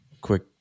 quick